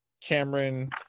Cameron